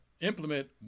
implement